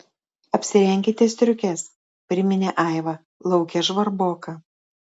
apsirenkite striukes priminė aiva lauke žvarboka